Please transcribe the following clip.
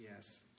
Yes